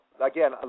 again